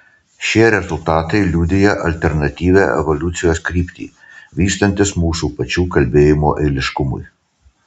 šie rezultatai liudija alternatyvią evoliucijos kryptį vystantis mūsų pačių kalbėjimo eiliškumui